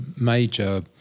major